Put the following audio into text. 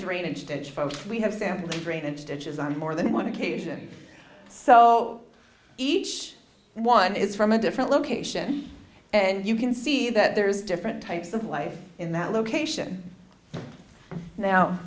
drainage ditch folks we have sampled drainage ditches on more than one occasion so each one is from a different location and you can see that there's different types of life in that location now